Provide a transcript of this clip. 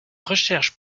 recherches